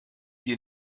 dir